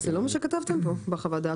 זה לא מה שכתבתם בחוות הדעת.